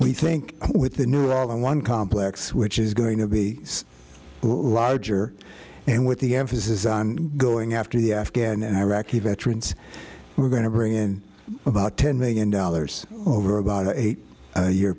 we think with the new law and one complex which is going to be larger and with the emphasis on going after the afghan and iraqi veterans we're going to bring in about ten million dollars over about an eight year